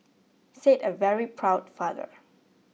said a very proud father